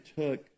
took